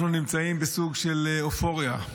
אנחנו נמצאים בסוג של אופוריה.